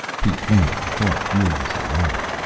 he clamped the thought furiously off.